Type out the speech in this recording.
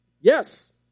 Yes